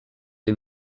des